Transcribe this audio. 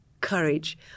courage